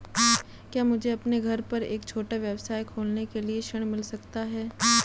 क्या मुझे अपने घर पर एक छोटा व्यवसाय खोलने के लिए ऋण मिल सकता है?